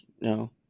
No